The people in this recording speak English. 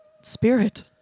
Spirit